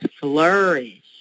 flourish